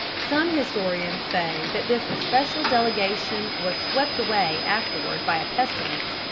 some historians say that this especial delegation was swept away afterward by a pestilence,